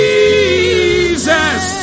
Jesus